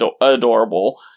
adorable